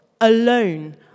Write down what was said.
alone